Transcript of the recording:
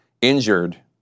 injured